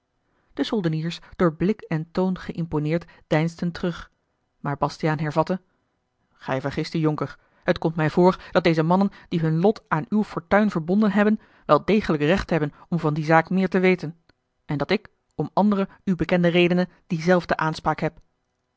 de soldeniers door blik en toon geïmponeerd deinsden terug maar bastiaan hervatte gij vergist u jonker het komt mij voor dat deze mannen die hun lot aan uwe fortuin verbonden hebben wel degelijk recht hebben om van die zaak meer te weten en dat ik om andere u bekende redenen diezelfde aanspraak heb